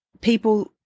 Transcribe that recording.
People